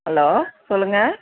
hello சொல்லுங்கள்